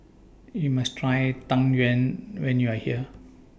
YOU must Try Tang Yuen when YOU Are here